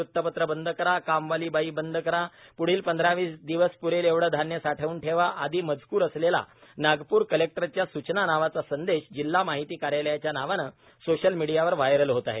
वृतपत्र बंद करा कामवाली बाई बंद करा प्ढील पंधरा वीस दिवस प्रेल एवढे धान्य साठवून ठेवा आदी मजकूर असलेला नागपूर कलेक्टरच्या सूचना नावाचा संदेश जिल्हा माहिती कार्यालयाच्या नावाने सोशल मिडीयावर व्हायरल होत आहे